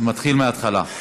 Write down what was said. ומתחיל מהתחלה.